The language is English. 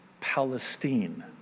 Palestine